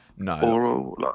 No